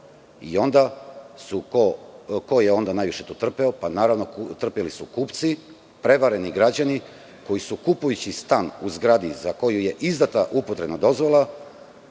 napajanje. Ko je onda najviše tu trpeo? Naravno, trpeli su kupci, prevareni građani koji su kupujući stan u zgradi za koju je izdata upotrebna dozvola,